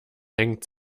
hängt